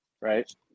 right